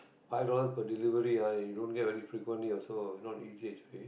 five dollars per delivery ah you don't get very frequently also not easy actually